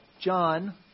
John